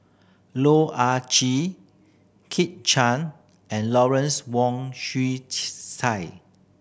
Loh Ah Chee Kit Chan and Lawrence Wong Shyun Tsai